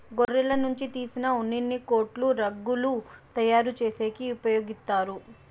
గొర్రెల నుంచి తీసిన ఉన్నిని కోట్లు, రగ్గులు తయారు చేసేకి ఉపయోగిత్తారు